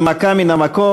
הנמקה מן המקום.